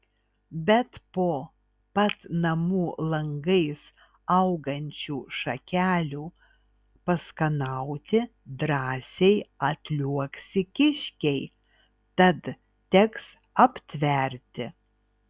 bet po pat namų langais augančių šakelių paskanauti drąsiai atliuoksi kiškiai tad teks aptverti